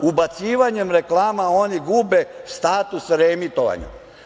Ubacivanjem reklama oni gube status reemitovanja.